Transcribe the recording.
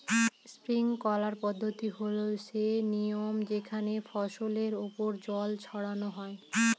sprinkler পদ্ধতি হল সে নিয়ম যেখানে ফসলের ওপর জল ছড়ানো হয়